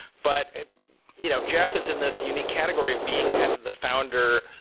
but you know jeff is in this unique category of being kind of the founder-operator.